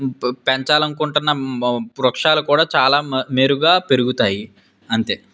పె పెంచాలనుకుంటున్న మొ వృక్షాలు కూడా చాలా మె మెరుగ్గా పెరుగుతాయి అంతే